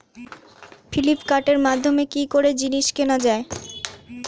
ফ্লিপকার্টের মাধ্যমে কি করে জিনিস কেনা যায়?